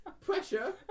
Pressure